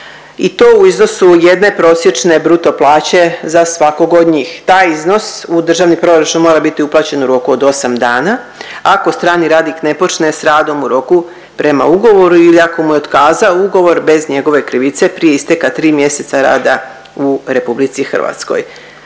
i to u iznosu jedne prosječne bruto plaće za svakog od njih. Taj iznos u državni proračun mora biti uplaćen u roku od osam dana ako strani radnik ne počne s radom u roku prema ugovoru ili ako mu je otkazao ugovor bez njegove krivice prije isteka tri mjeseca rada u RH. To također